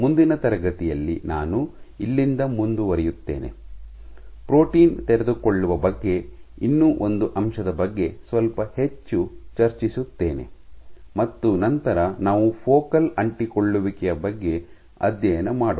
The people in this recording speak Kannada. ಮುಂದಿನ ತರಗತಿಯಲ್ಲಿ ನಾನು ಇಲ್ಲಿಂದ ಮುಂದುವರಿಯುತ್ತೇನೆ ಪ್ರೋಟೀನ್ ತೆರೆದುಕೊಳ್ಳುವ ಬಗ್ಗೆ ಇನ್ನೂ ಒಂದು ಅಂಶದ ಬಗ್ಗೆ ಸ್ವಲ್ಪ ಹೆಚ್ಚು ಚರ್ಚಿಸುತ್ತೇನೆ ಮತ್ತು ನಂತರ ನಾವು ಫೋಕಲ್ ಅಂಟಿಕೊಳ್ಳುವಿಕೆಯ ಬಗ್ಗೆ ಅಧ್ಯಯನ ಮಾಡೋಣ